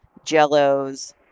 jellos